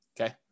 Okay